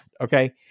okay